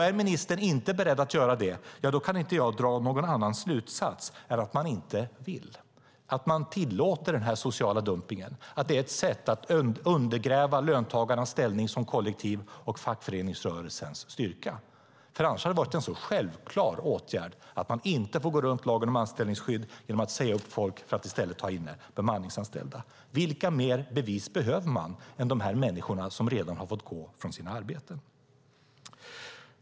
Är ministern inte beredd att göra det kan jag inte dra någon annan slutsats än att man inte vill. Att man tillåter den här sociala dumpningen är ett sätt att undergräva löntagarnas ställning som kollektiv samt fackföreningsrörelsens styrka. Annars hade det varit en självklar åtgärd att man inte får gå runt lagen om anställningsskydd och säga upp folk för att i stället ta in bemanningsanställda. Vilka fler bevis behöver man än de människor som redan har fått gå från sina arbeten?